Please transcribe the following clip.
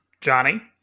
Johnny